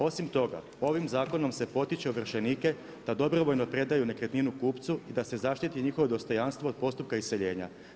Osim toga, ovim zakonom se potiče ovršenike, da dobrovoljno predaju nekretninu kupcu, da se zaštiti njihovo dostojanstvo od postupka iseljenja.